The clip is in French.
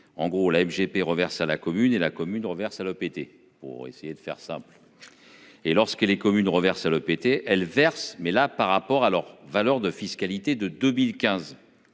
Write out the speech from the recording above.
en gros la MGP reverse à la commune et la commune renverse à l'OPT pour essayer de faire simple. Et lorsque les communes reverse à l'OPT elle verse mais là par rapport à leur valeur de fiscalité de 2015.